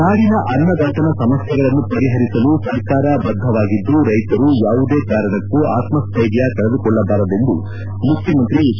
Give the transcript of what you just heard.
ನಾಡಿನ ಅನ್ನದಾತನ ಸಮಸ್ಥೆಗಳನ್ನು ಪರಿಹರಿಸಲು ಸರ್ಕಾರ ಬದ್ದವಾಗಿದ್ದು ರೈತರು ಯಾವುದೇ ಕಾರಣಕ್ಕೂ ಆತಸ್ಟ್ರರ್ಯ ಕಳೆದುಕೊಳ್ಳಬಾರದೆಂದು ಮುಖ್ಯಮಂತ್ರಿ ಹೆಚ್